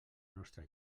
nostra